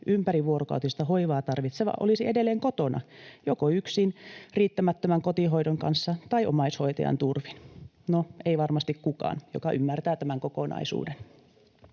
ympärivuorokautista hoivaa tarvitseva olisi edelleen kotona, joko yksin riittämättömän kotihoidon kanssa tai omaishoitajan turvin? No, ei varmasti kukaan, joka ymmärtää tämän kokonaisuuden.